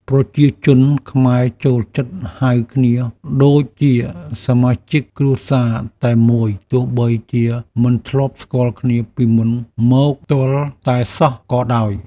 ប្រជាជនខ្មែរចូលចិត្តហៅគ្នាដូចជាសមាជិកគ្រួសារតែមួយទោះបីជាមិនធ្លាប់ស្គាល់គ្នាពីមុនមកទាល់តែសោះក៏ដោយ។